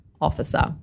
Officer